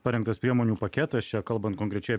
parengtas priemonių paketas čia kalbant konkrečiai